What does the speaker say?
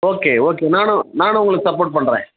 okay okay நானும் நானும் உங்களுக்கு சப்போர்ட் பண்ணுறேன்